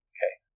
Okay